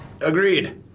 agreed